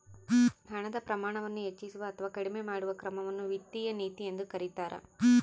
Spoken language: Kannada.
ಹಣದ ಪ್ರಮಾಣವನ್ನು ಹೆಚ್ಚಿಸುವ ಅಥವಾ ಕಡಿಮೆ ಮಾಡುವ ಕ್ರಮವನ್ನು ವಿತ್ತೀಯ ನೀತಿ ಎಂದು ಕರೀತಾರ